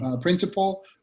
principal